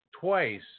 twice